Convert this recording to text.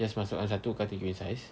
just masukkan satu katil queen-sized